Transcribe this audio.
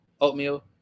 oatmeal